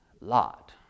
Lot